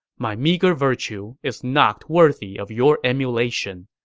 my meager virtue is not worthy of your emulation.